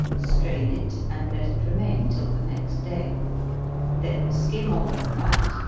strain it, and let it remain till the next day then skim off the fat,